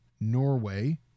Norway